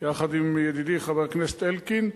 יחד עם ידידי, חבר הכנסת אלקין: